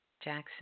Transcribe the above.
Jackson